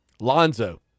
Lonzo